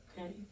Okay